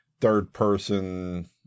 third-person